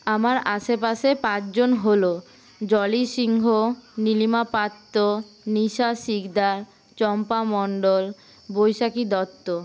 আমার আশেপাশে পাঁচজন হল জলি সিংহ নীলিমা পাত্র নিশা সিকদার চম্পা মণ্ডল বৈশাখী দত্ত